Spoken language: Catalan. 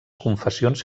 confessions